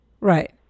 Right